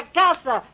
casa